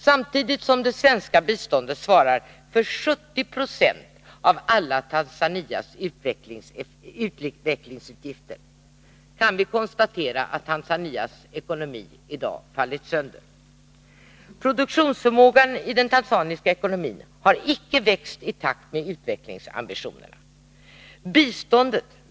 Samtidigt som det svenska biståndet svarar för 70 20 av Tanzanias alla utvecklingsutgifter kan vi konstatera att Tanzanias ekonomi i dag fallit sönder. Produktionsförmågan i den tanzaniska ekonomin har icke växt i takt med utvecklingsambitionerna.